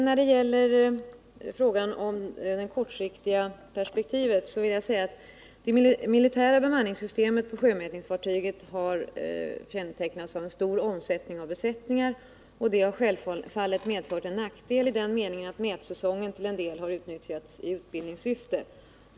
När det gäller det kortsiktiga perspektivet vill jag säga att det militära bemanningssystemet på sjömätningsfartygen har kännetecknats av en stor omsättning av besättningar. Det har självfallet varit en nackdel i den meningen att mätsäsongen till en del har utnyttjats i utbildningssyfte.